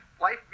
life